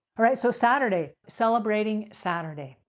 all right. so, saturday. celebrating saturday.